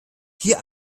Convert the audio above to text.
hier